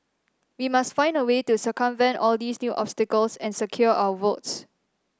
we must find a way to circumvent all these new obstacles and secure our votes